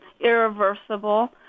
irreversible